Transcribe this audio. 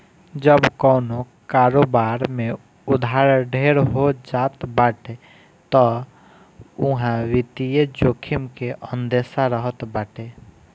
जब कवनो कारोबार में उधार ढेर हो जात बाटे तअ उहा वित्तीय जोखिम के अंदेसा रहत बाटे